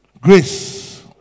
Grace